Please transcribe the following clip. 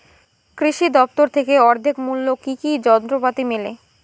কৃষি দফতর থেকে অর্ধেক মূল্য কি কি যন্ত্রপাতি মেলে?